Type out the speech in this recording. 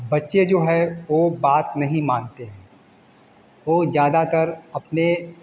बच्चे जो है वो बात नहीं मानते है वो ज़्यादातर अपने